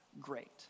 great